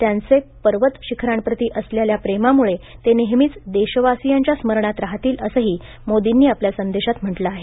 त्यांचे पर्वत शिखरांप्रती असलेले प्रेमामुळे ते नेहमीच देशवासियांच्या स्मरणांत राहतील असंही मोदींनी आपल्या संदेशांत म्हटलं आहे